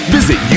Visit